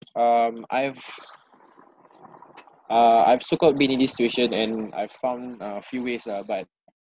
um I have uh I've so-called been in this situation and I found uh a few ways lah but